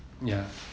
ya